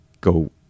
go